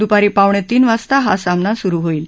दुपारी पावणे तीन वाजता हा सामना सुरु होईल